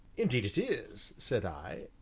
indeed it is, said i,